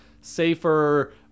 safer